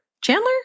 Chandler